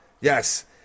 yes